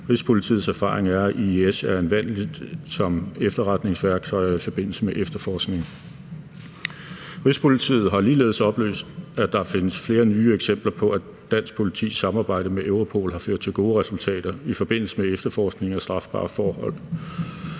Rigspolitiets erfaring er, at EIS er anvendeligt som efterretningsværktøj i forbindelse med efterforskning. Rigspolitiet har således oplyst, at der findes flere nye eksempler på, at dansk politis samarbejde med Europol har ført til gode resultater i forbindelse med efterforskning af strafbare forhold,